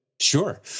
Sure